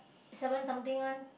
seven something one